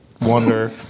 wonder